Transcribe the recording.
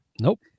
Nope